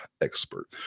expert